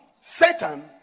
Satan